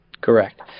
Correct